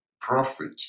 profit